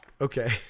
Okay